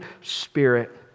spirit